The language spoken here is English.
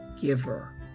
giver